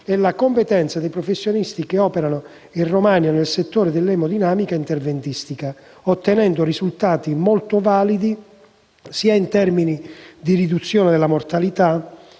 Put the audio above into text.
e la competenza dei professionisti che operano in Romagna nel settore dell'emodinamica interventistica, ottenendo risultati molto validi sia in termini di riduzione della mortalità